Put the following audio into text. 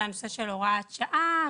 זה הנושא של הוראת שעה,